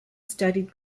studied